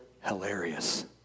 hilarious